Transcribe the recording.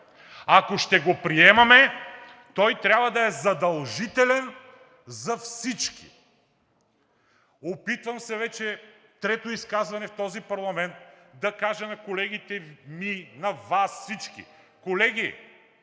Ако ще го приемаме, той трябва да е задължителен за всички. Опитвам се вече трето изказване в този парламент да кажа на колегите ми, на всички Вас: колеги,